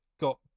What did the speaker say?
got